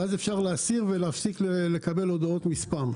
ואז אפשר להסיר ולהפסיק לקבל הודעות מספאם.